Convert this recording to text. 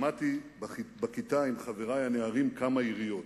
שמעתי בכיתה עם חברי הנערים כמה יריות.